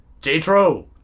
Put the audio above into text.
J-Tro